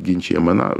ginčijama na